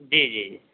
جی جی جی